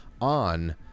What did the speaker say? on